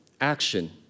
action